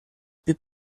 piú